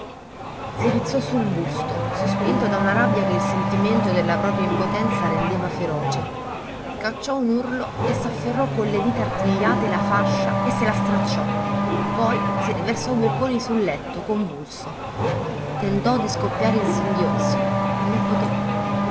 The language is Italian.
si rizzò sul busto sospinto da una rabbia che il sentimento della propria impotenza rendeva feroce cacciò un urlo e s'afferrò con le dita artigliate la fascia e se la stracciò poi si riversò bocconi sul letto convulso tentò di scoppiare in singhiozzi ma non poté